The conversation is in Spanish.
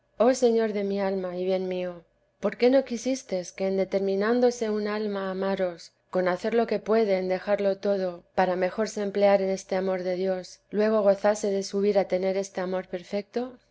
oh señor de mi alma y bien mío por qué no quisistes que en determinándose un alma a amaros con hacer lo que puede en dejarlo todo para mejor se emplear en este amor de dios luego gozase de subir a tener este amor perfecto